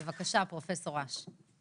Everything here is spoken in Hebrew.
בבקשה, פרופ' אש.